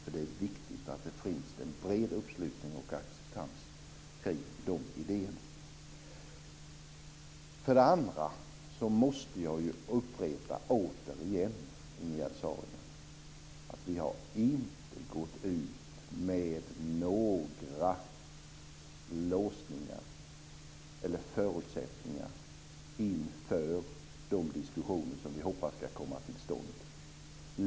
Det är viktigt att det finns en bred uppslutning bakom och acceptans av den idén. Vidare måste jag upprepa, Ingegerd Saarinen, att vi inte har gått ut med några låsningar eller förutsättningar inför de diskussioner som vi hoppas ska komma till stånd.